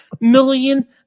million